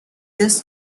this